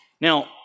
Now